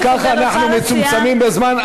גם ככה אנחנו מצומצמים בזמן,